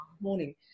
morning